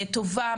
טובה,